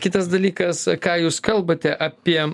kitas dalykas ką jūs kalbate apie